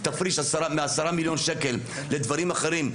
תפריש מ-10 מיליון שקל לדברים אחרים,